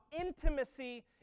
intimacy